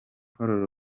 paul